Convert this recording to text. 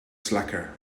slacker